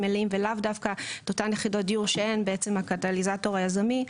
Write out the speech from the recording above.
מלאים ולאו דווקא את אותן יחידות דיור שהן בעצם הקטליזטור היזמי,